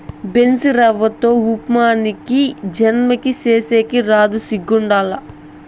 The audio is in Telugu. బన్సీరవ్వతో ఉప్మా నీకీ జన్మకి సేసేకి రాదు సిగ్గుండాల